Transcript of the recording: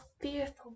fearful